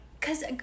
cause